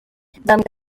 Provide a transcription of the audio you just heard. nzamwita